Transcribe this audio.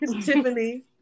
Tiffany